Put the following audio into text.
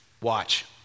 Watch